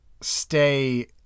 stay